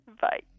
Bye